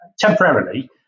Temporarily